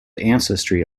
ancestry